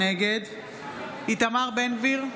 נגד איתמר בן גביר,